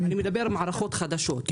אני מדבר על מערכות חדשות.